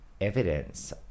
evidence